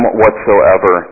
whatsoever